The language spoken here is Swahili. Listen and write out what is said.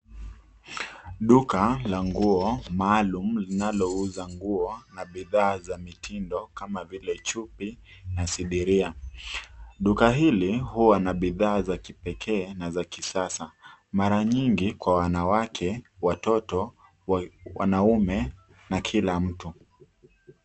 Duka la nguo maalum linalouza nguo na bidhaa za mitindo kama vile chupi na sidiria. Duka hili huwa na bidhaa za kipekee na za kisasa mara nyingi kwa wanawake, watoto, wanaume na kila mtu.